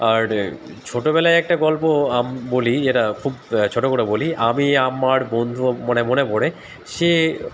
আর ছোটোবেলায় একটা গল্প বলি যেটা খুব ছোটো করে বলি আমি আমার বন্ধু মানে মনে পড়ে সে